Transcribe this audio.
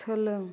सोलों